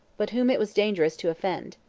but whom it was dangerous to offend.